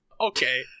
Okay